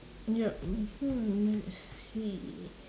yup mmhmm see